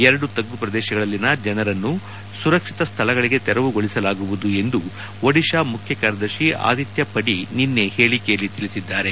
ಎರಡು ತಗ್ಗು ಪ್ರದೇಶಗಳಲ್ಲಿನ ಜನರನ್ನು ಸುರಕ್ಷಿತ ಸ್ಥಳಗಳಿಗೆ ತೆರವುಗೊಳಿಸಲಾಗುವುದು ಎಂದು ಒಡಿಶಾ ಮುಖ್ಯ ಕಾರ್ಯದರ್ಶಿ ಆದಿತ್ಯ ಪಢಿ ನಿನ್ನೆ ಹೇಳಿಕೆಯಲ್ಲಿ ತಿಳಿಸಿದ್ದಾರೆ